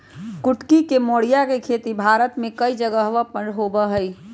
कुटकी या मोरिया के खेती भारत में कई जगहवन पर होबा हई